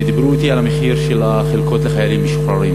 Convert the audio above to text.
והם דיברו אתי על המחיר של החלקות לחיילים משוחררים.